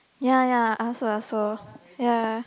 ya ya I also I also ya